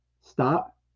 stop